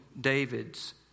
David's